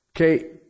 Okay